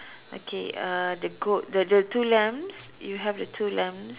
okay uh the goat the the two lambs you have the two lambs